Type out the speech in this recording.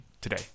today